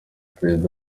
perezida